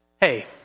Hey